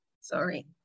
Sorry